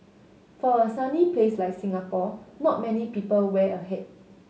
for a sunny place like Singapore not many people wear a hat